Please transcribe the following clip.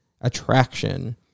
attraction